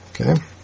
okay